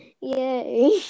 Yay